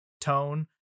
tone